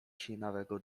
sinawego